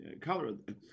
Colorado